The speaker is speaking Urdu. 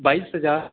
بائیس ہزار